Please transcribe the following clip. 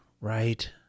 right